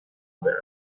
برود